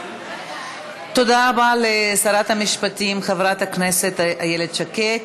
תודה רבה לשרת המשפטים, חברת הכנסת איילת שקד.